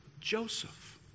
Joseph